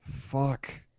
Fuck